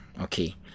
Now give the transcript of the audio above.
Okay